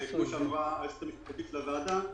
שכפי שאמרה היועצת המשפטית של הוועדה,